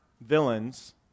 villains